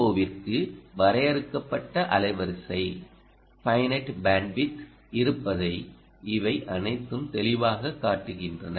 ஓ விற்கு வரையறுக்கப்பட்ட அலைவரிசை இருப்பதை இவை அனைத்தும் தெளிவாகக் காட்டுகின்றன